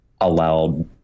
allowed